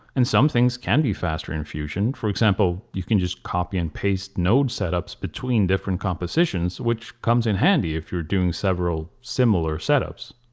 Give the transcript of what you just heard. and some things can be faster in fusion. for example you can just copy and paste node setups between different compositions which comes in handy if you are doing several similar setups.